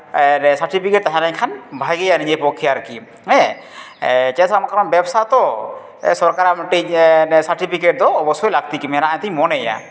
certificate ᱛᱟᱦᱮᱸ ᱞᱮᱱᱠᱷᱟᱱ ᱵᱷᱟᱹᱜᱤᱭᱟ ᱱᱤᱡᱮ ᱯᱚᱠᱠᱷᱮ ᱟᱨᱠᱤ ᱦᱮᱸ ᱪᱮᱫᱟᱜ ᱥᱮ ᱠᱟᱨᱚᱱ ᱵᱮᱵᱽᱥᱟ ᱛᱚ ᱥᱚᱨᱠᱟᱨᱟᱜ ᱢᱤᱫᱴᱤᱡ ᱥᱟᱨᱴᱤᱯᱷᱤᱠᱮᱴ ᱫᱚ ᱚᱵᱚᱥᱥᱳᱭ ᱞᱟᱹᱠᱛᱤ ᱜᱮ ᱢᱮᱱᱟᱜᱼᱟ ᱢᱮᱱᱛᱤᱧ ᱢᱚᱱᱮᱭᱟ